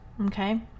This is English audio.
Okay